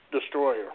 destroyer